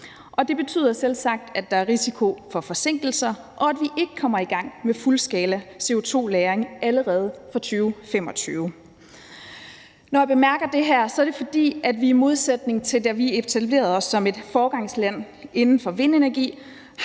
Det betyder selvsagt, at der er risiko for forsinkelser, og at vi ikke kommer i gang med fuldskala-CO2-lagring allerede fra 2025. Når jeg bemærker det her, er det, fordi vi i modsætning til, da vi etablerede os som et foregangsland inden for vindenergi,